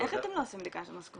איך אתם לא עושים בדיקה של משכורות?